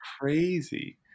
crazy